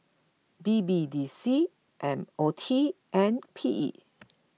B B D C M O T and P E